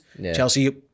Chelsea